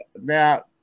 Now